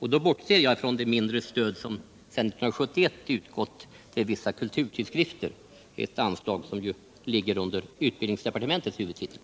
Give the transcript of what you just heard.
Då bortser jag från det mindre stöd som sedan 1971 utgått till vissa kulturtidskrifter, ett anslag som ligger under utbildningsdepartementets huvudtitel.